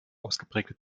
ausgeprägte